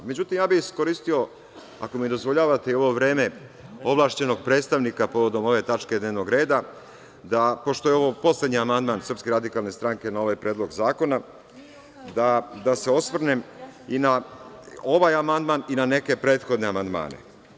Međutim, iskoristio bih, ako mi dozvoljavate, i ovo vreme ovlašćenog predstavnika povodom ove tačke dnevnog reda, pošto je ovo poslednji amandman SRS na ovaj predlog zakona, da se osvrnem i na ovaj amandman i na neke prethodne amandmane.